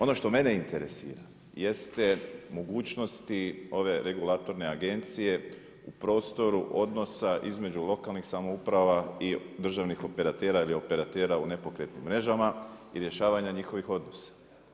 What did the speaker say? Ono što mene interesira jeste mogućnosti ove regulatorne agencije u prostoru odnosa između lokalnih samouprava i državnih operatera ili operatera u nepokretnim mrežama i rješavanja njihovih odnosa.